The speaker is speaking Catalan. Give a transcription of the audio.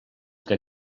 que